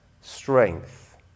strength